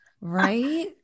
right